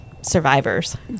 survivors